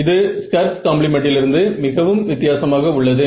இது Schur's Schur's காம்ப்ளிமெண்டிலிருந்து மிகவும் வித்தியாசமாக உள்ளது